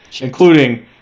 including